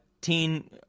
Teen –